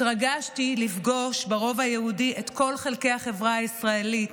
התרגשתי לפגוש ברובע היהודי את כל חלקי החברה הישראלית: